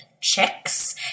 chicks